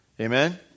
Amen